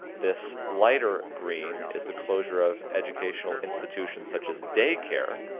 this lighter green is the closure of educational institutions, such as daycare,